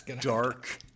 dark